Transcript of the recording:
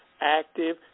active